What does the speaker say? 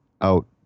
out